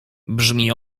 brzmi